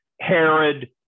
Herod